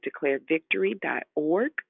DeclareVictory.org